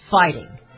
fighting